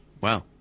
Wow